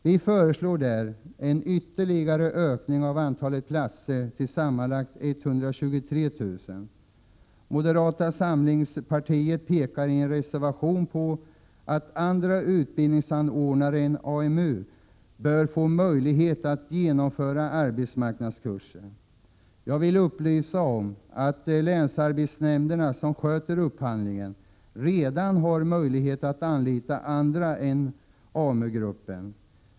Vi föreslår en ytterligare ökning av antalet platser till sammanlagt 123 000. Moderata samlingspartiet pekar i en reservation på att andra utbildningsanordnare än AMU bör få möjlighet att genomföra arbetsmarknadskurser. Jag vill upplysa om att länsarbetsnämnderna, som sköter upphandlingen, redan har möjlighet att anlita andra än AMU-gruppen.